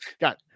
got